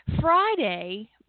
Friday